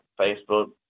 Facebook